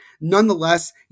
nonetheless